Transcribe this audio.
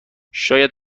شاید